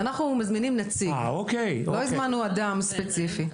אנחנו מזמינים נציג לא הזמנו אדם מסוים.